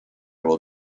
will